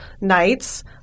Nights